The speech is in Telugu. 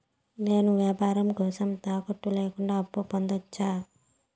నేను వ్యాపారం కోసం తాకట్టు లేకుండా అప్పు పొందొచ్చా?